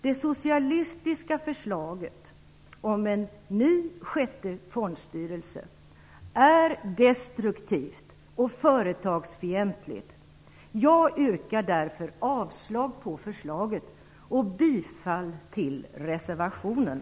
Det socialistiska förslaget om en sjätte fondstyrelse är destruktivt och företagsfientligt. Jag yrkar därför avslag på detta förslag och bifall till reservationen.